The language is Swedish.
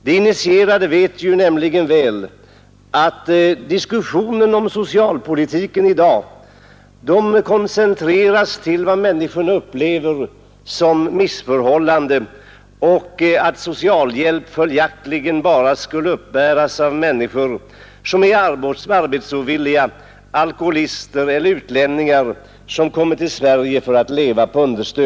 De initierade vet att diskussionen om socialpolitiken i dag koncentreras till vad människorna upplever som missförhållanden; man tror att socialhjälp bara uppbärs av människor som är arbetsovilliga eller alkoholister eller av utlänningar som kommer till Sverige för att leva på understöd.